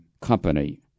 company